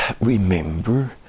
remember